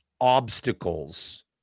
obstacles